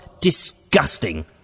disgusting